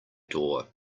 door